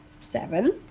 seven